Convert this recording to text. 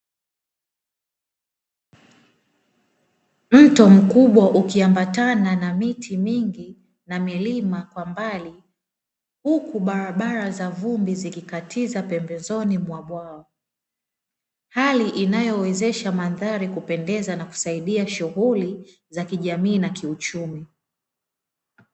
Mto mkubwa ukiambatana na miti mingi na milima kwa mbali, huku barabara za vumbi zikikatiza pembezoni mwa bwawa, hali inayowezesha mandhari kupendeza na kusaidia shughuli za kijamii na kiuchumi.